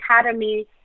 academy